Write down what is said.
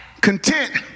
content